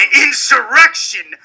insurrection